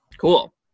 Cool